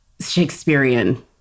Shakespearean